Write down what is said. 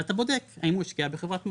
אז אתה בודק האם הוא השקיע בחברת מו"פ,